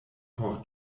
por